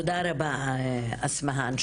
תודה רבה, אסמהאן.